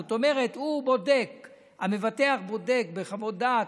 זאת אומרת המבטח בודק בחוות דעת,